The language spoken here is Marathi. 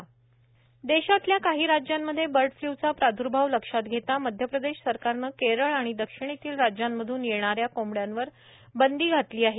बर्ड फ्ल्यू देशातल्या काही राज्यांमध्ये बर्ड फ्ल्यूचा प्रादुर्भाव लक्षात घेता मध्यप्रदेश सरकारने केरळ आणि दक्षिणेतील राज्यांमधून येणाऱ्या कोंबड्यांवर बंदी घातली आहे